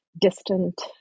distant